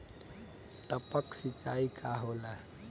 टपक सिंचाई का होला?